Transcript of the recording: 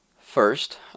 First